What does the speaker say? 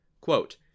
quote